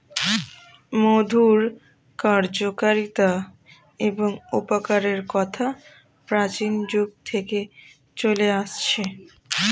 মধুর কার্যকারিতা এবং উপকারের কথা প্রাচীন যুগ থেকে চলে আসছে